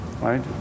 right